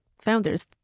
founders